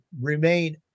remain